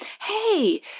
Hey